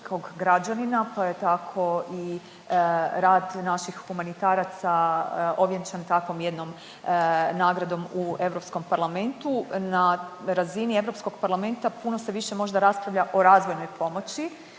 građanina pa je tako i rad naših humanitaraca ovjenčan takvom jednom nagradom u Europskom parlamentu. Na razini Europskog parlamenta puno se više možda raspravlja o razvojnoj pomoći